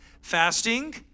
fasting